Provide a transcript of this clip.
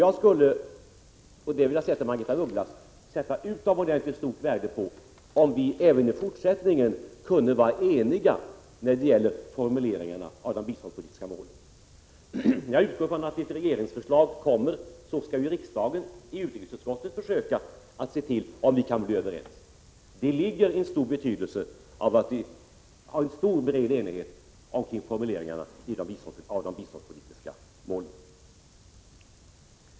Jag vill till Margaretha af Ugglas säga att jag tycker att det skulle vara utomordentligt värdefullt om vi även i fortsättningen kunde vara eniga om formuleringarna om de biståndspolititiska målen. Jag utgår från att när ett regeringsförslag kommer skall man i utrikesutskottet försöka bli överens. Det är av stort värde att vi kan ha en bred enighet om formuleringarna om de biståndspolitiska målen.